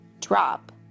drop